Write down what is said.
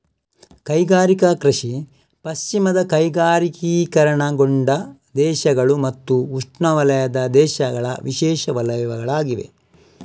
ಕೈಗಾರಿಕಾ ಕೃಷಿ ಪಶ್ಚಿಮದ ಕೈಗಾರಿಕೀಕರಣಗೊಂಡ ದೇಶಗಳು ಮತ್ತು ಉಷ್ಣವಲಯದ ದೇಶಗಳ ವಿಶೇಷ ವಲಯಗಳಾಗಿವೆ